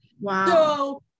Wow